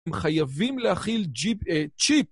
הם חייבים להכיל ג'יפ, אה, צ'יפ!